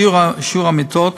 שיעור המיטות